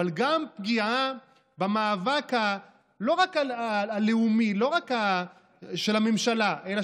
אבל גם פגיעה לא רק במאבק הלאומי של הממשלה אלא